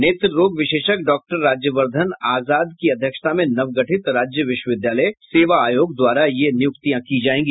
नेत्र रोग विशेषज्ञ डॉक्टर राज्यवर्धन आजाद की अध्यक्षता में नवगठित राज्य विश्वविद्यालय सेवा आयोग द्वारा ये नियुक्तियां की जायेंगी